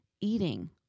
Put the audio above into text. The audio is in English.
eating